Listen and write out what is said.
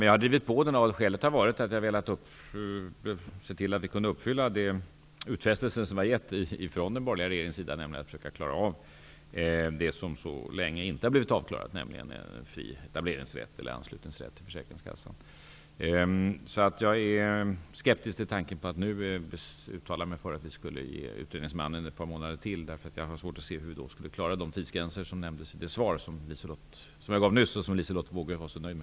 Jag har drivit på den av det skälet att jag har velat se till att vi kan uppfylla de utfästelser som den borgerliga regeringen har gjort att försöka klara av det som så länge inte har blivit avklarat, nämligen en fri etableringsrätt eller anslutning till försäkringskassan. Jag är skeptisk till tanken att nu uttala mig för att vi skulle ge utredningsmannen ett par månader till. Jag har svårt att se hur vi då skulle klara de tidsgränser som nämndes i det svar som jag gav nyss och som Liselotte Wågö var så nöjd med.